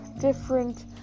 different